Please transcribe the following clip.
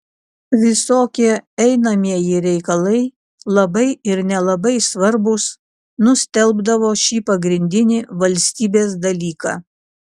visokie einamieji reikalai labai ir nelabai svarbūs nustelbdavo šį pagrindinį valstybės dalyką